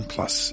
Plus